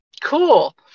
Cool